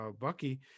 Bucky